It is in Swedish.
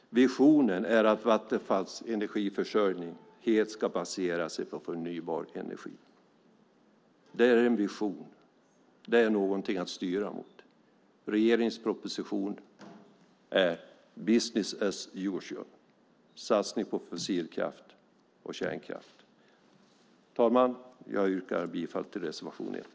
Vår vision är att Vattenfalls energi helt ska baseras på förnybara energikällor. Det är en vision - något att styra mot. Regeringens proposition är business as usual - satsning på fossilkraft och kärnkraft. Fru talman! Jag yrkar bifall till reservation 1.